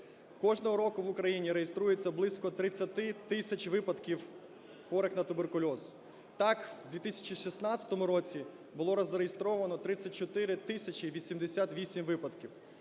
кожного року в Україні реєструється близько 30 тисяч випадків хворих на туберкульоз. Так в 2016 році було зареєстровано 34 тисячі 88 випадків.